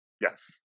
Yes